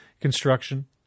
construction